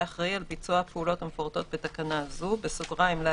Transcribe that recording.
אחראי על ביצוע הפעולות המפורטות בתקנה זו (להלן,